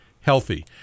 healthy